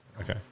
Okay